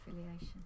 affiliation